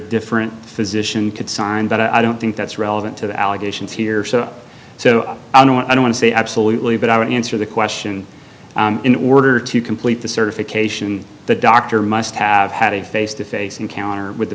different physician could sign but i don't think that's relevant to the allegations here so so i don't want to say absolutely but i would answer the question in order to complete the certification the doctor must have had a face to face encounter with the